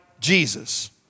Jesus